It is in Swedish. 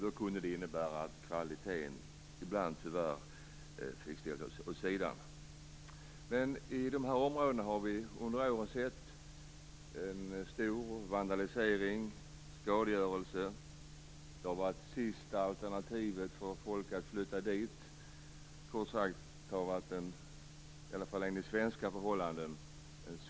Då kunde det innebära att kvaliteten ibland tyvärr fick ställas åt sidan. I dessa områden har vi under åren sett en stor vandalisering och skadegörelse. De har varit det sista alternativet för folk att flytta dit. Det har kort sagt varit en social misär, i alla fall enligt svenska förhållande.